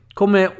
come